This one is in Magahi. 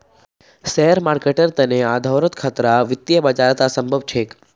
शेयर मार्केटेर तने आधारोत खतरा वित्तीय बाजारत असम्भव छेक